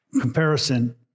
comparison